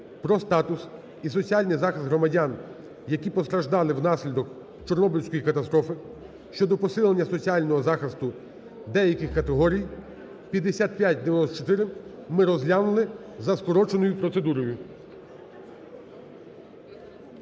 "Про статус і соціальний захист громадян, які постраждали внаслідок Чорнобильської катастрофи" (щодо посилення соціального захисту деяких категорій) (5594) ми розглянули за скороченою процедурою.